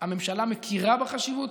הממשלה מכירה בחשיבות,